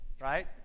right